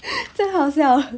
这样好笑